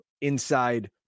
inside